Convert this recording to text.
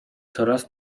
coraz